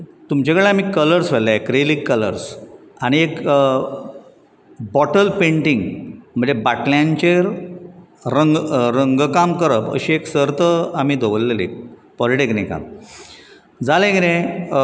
तुमचे कडल्यान आमी कलर्स व्हेल्ले एक्रेलीक कलर्स आनी एक बोटल पेंटिग म्हणजे बाटल्यांचेर रंग काम करप अशी सर्त आमी दवरलेली पोलिटेंकनिकांत जालें कितें